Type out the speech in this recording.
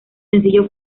sencillo